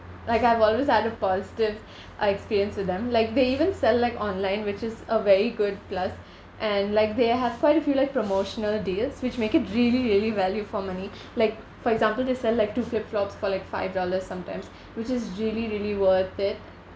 like I've always had a positive uh experience with them like they even sell like online which is a very good plus and like they have quite a few like promotional deals which make it really really value for money like for example they sell like two flip flops for like five dollars sometimes which is really really worth it